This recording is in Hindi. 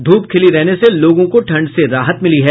धूप खिली रहने से लोगों को ठंड से राहत मिली है